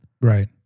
right